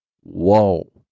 Whoa